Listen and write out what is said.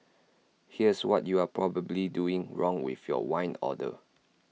here's what you are probably doing wrong with your wine order